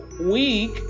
week